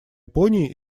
японии